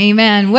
Amen